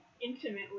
intimately